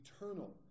eternal